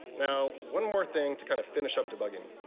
now one more thing to kind of finish up debugging.